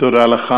תודה לך.